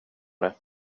det